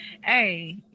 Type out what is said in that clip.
Hey